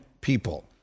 people